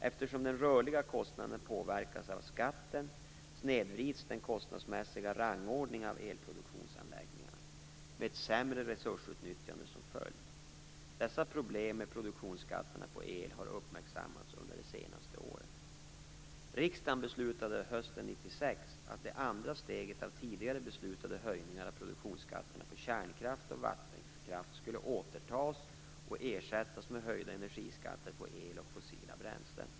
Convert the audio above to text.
Eftersom den rörliga kostnaden påverkas av skatten snedvrids den kostnadsmässiga rangordningen av elproduktionsanläggningarna med ett sämre resursutnyttjande som följd. Dessa problem med produktionsskatterna på el har uppmärksammats under de senaste åren. Riksdagen beslutade hösten 1996 att det andra steget av tidigare beslutade höjningar av produktionsskatterna på kärnkraft och vattenkraft skulle återtas och ersättas med höjda energiskatter på el och fossila bränslen.